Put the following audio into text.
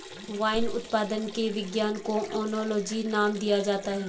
wine उत्पादन के विज्ञान को ओनोलॉजी नाम दिया जाता है